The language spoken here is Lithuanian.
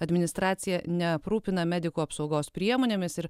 administracija neaprūpina medikų apsaugos priemonėmis ir